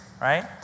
Right